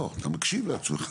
לא, אתה מקשיב לעצמך.